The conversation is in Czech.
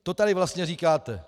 To tady vlastně říkáte.